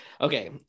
Okay